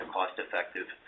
cost-effective